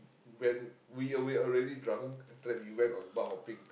when we are we already drunk after that we went on bar hopping